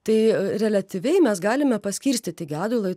tai reliatyviai mes galime paskirstyti gedulą į